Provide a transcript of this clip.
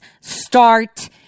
start